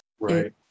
right